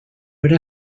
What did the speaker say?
era